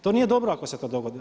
To nije dobro ako se to dogodi.